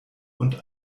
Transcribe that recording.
und